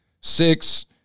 Six